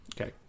Okay